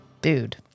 Dude